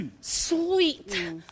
sweet